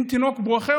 אם תינוק בוכה,